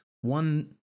one